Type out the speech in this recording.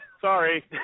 Sorry